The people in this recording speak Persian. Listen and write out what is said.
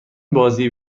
بازی